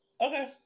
Okay